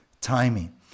timing